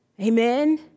amen